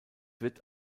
wird